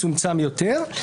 מצומצם יותר.